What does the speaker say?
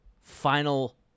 final